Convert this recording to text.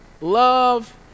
love